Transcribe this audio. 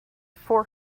four